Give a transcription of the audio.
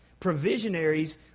Provisionaries